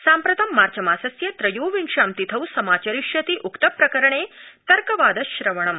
साम्प्रतं मार्चमासस्य त्रयोविंश्यां तिथौ समाचरिष्यति उक्त प्रकरणे तर्कवादश्रवणम्